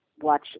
watch